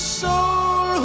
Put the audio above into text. soul